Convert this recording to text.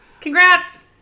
Congrats